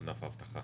ענף האבטחה.